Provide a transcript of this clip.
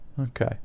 okay